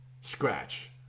Scratch